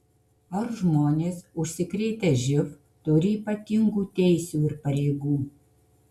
ar žmonės užsikrėtę živ turi ypatingų teisių ir pareigų